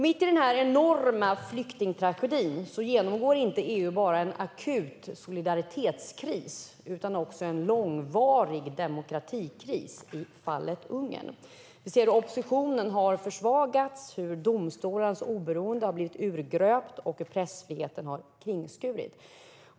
Mitt i den här enorma flyktingtragedin genomgår EU inte bara en akut solidaritetskris utan också en långvarig demokratikris i fallet Ungern. Oppositionen har försvagats, domstolarnas oberoende har urgröpts och pressfriheten har kringskurits.